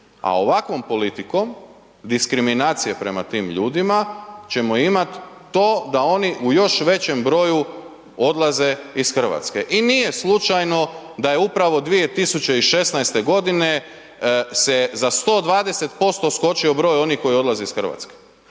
a ovakvom politikom diskriminacije prema tim ljudima ćemo imat to da oni u još većem broju odlaze iz RH i nije slučajno da je upravo 2016.g. se za 120% skočio broj onih koji odlaze iz RH,